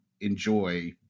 enjoy